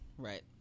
Right